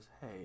hey